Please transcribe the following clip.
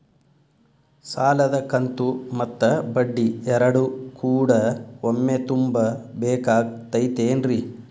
ಸಾಲದ ಕಂತು ಮತ್ತ ಬಡ್ಡಿ ಎರಡು ಕೂಡ ಒಮ್ಮೆ ತುಂಬ ಬೇಕಾಗ್ ತೈತೇನ್ರಿ?